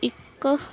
ਇੱਕ